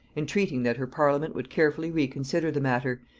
entreating that her parliament would carefully reconsider the matter,